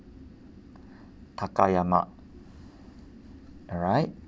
takayama alright